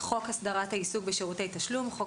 ""חוק הסדרת העיסוק בשירותי תשלום" חוק